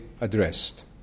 addressed